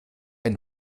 ein